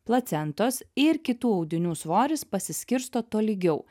placentos ir kitų audinių svoris pasiskirsto tolygiau